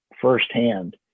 firsthand